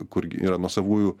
kur yra nuosavųjų